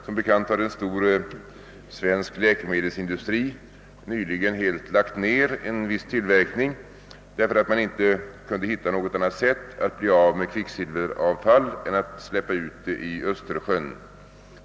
Som bekant har en stor svensk läkemedelsindustri nyligen helt lagt ned en viss tillverkning därför att den inte kunde hitta något annat sätt att bli av med kvicksilveravfall än att släppa ut det i Östersjön.